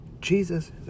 Jesus